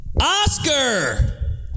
Oscar